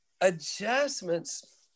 adjustments